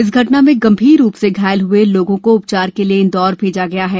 इस घटना में गंभीर रूप से घायल हुए लोगों को उपचार के लिये इंदौर भेजा गया है